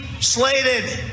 slated